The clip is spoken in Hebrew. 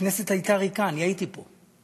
הכנסת הייתה ריקה, אני הייתי פה.